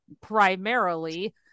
primarily